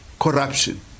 corruption